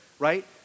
right